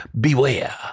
beware